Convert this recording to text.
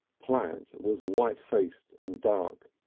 platt was white-faced and dark,